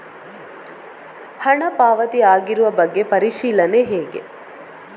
ಹಣ ಪಾವತಿ ಆಗಿರುವ ಬಗ್ಗೆ ಪರಿಶೀಲನೆ ಹೇಗೆ?